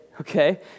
okay